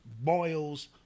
boils